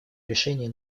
решения